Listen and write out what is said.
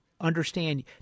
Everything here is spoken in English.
understand